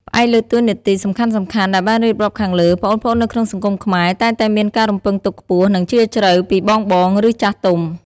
ផ្អែកលើតួនាទីសំខាន់ៗដែលបានរៀបរាប់ខាងលើ ប្អូនៗនៅក្នុងសង្គមខ្មែរតែងតែមានការរំពឹងទុកខ្ពស់ និងជ្រាលជ្រៅពីបងៗ ឬចាស់ទុំ។